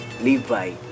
Levi